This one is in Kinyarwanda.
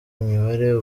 imibare